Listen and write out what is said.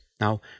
Now